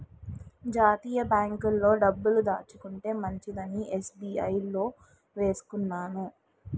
జాతీయ బాంకుల్లో డబ్బులు దాచుకుంటే మంచిదని ఎస్.బి.ఐ లో వేసుకున్నాను